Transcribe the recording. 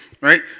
right